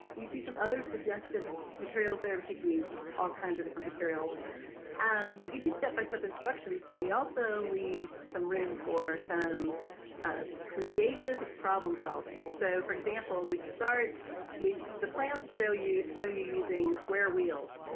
you see some other suggested materials there but you can use all kinds of different materials and we give you step-by-step instructions but we also leave some room for some ah creative problem solving. so for example, we start we the plans show you show you using square wheels,